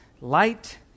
light